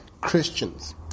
Christians